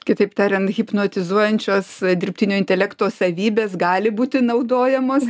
kitaip tariant hipnotizuojančios dirbtinio intelekto savybės gali būti naudojamos